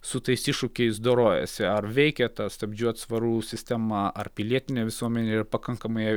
su tais iššūkiais dorojasi ar veikia ta stabdžių atsvarų sistema ar pilietinė visuomenė yra pakankamai